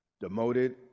Demoted